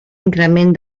increment